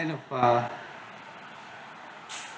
end of ah